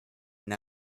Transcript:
and